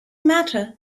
matter